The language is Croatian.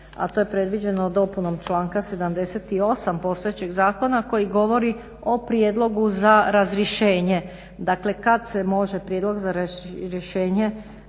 a to je predviđeno dopunom članka 78. postojećeg zakona koji govori o prijedlogu za razrješenje. Dakle, kad se može prijedlog za razrješenje